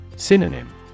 Synonym